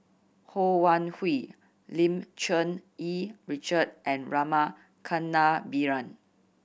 Ho Wan Hui Lim Cherng Yih Richard and Rama Kannabiran